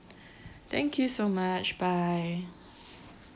thank you so much bye